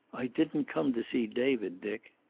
i didn't come to see david, dick.